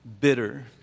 bitter